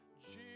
Jesus